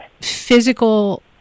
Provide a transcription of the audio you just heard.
physical